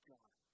God